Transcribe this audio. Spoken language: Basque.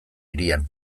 hirian